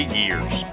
years